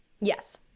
Yes